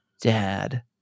dad